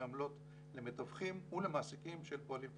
עמלות למתווכים ולמעסיקים של פועלים פלסטינים.